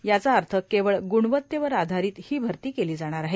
याचा अर्थ केवळ गुणवत्तेवर आधारीत ही भरती केली जाणार आहे